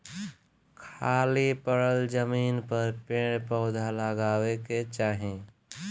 खाली पड़ल जमीन पर पेड़ पौधा लगावे के चाही